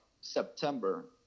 September